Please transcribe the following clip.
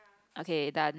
okay done